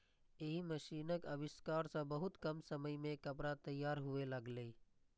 एहि मशीनक आविष्कार सं बहुत कम समय मे कपड़ा तैयार हुअय लागलै